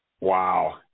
Wow